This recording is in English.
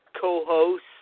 co-host